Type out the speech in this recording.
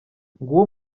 nguwo